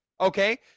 Okay